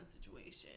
situation